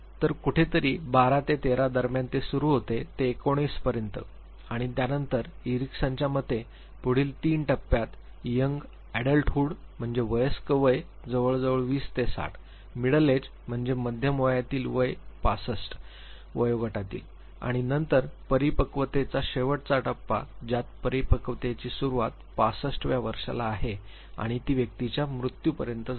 तर कुठेतरी १२ ते १३ दरम्यान ते सुरू होते ते एकोणीस पर्यंत आणि त्यानंतर इरिकसनच्या मते पुढील तीन टप्प्यांत यंग म्हणजे वयस्क वय जवळजवळ २० ते ६० मिडल एज म्हणजे मध्यम वयातील वय 65 वयोगटातील आणि नंतर परिपक्वतेचा शेवटचा टप्पा ज्यात परिपक्वतेची सुरूवात ६५व्या वर्षाला आहे आणि ती व्यक्तीच्या मृत्यूपर्यंत जाते